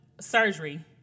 surgery